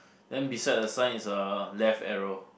then beside the sign is a left arrow